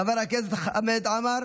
חבר הכנסת חמד עמאר,